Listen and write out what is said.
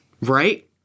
Right